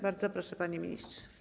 Bardzo proszę, panie ministrze.